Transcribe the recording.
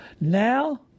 Now